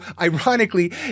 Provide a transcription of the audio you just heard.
ironically